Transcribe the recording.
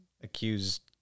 accused